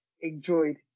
enjoyed